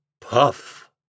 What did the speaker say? Puff